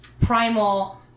primal